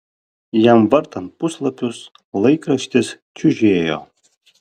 jam vartant puslapius laikraštis čiužėjo